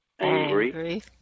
angry